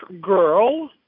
Girl